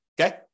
Okay